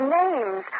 names